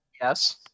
Yes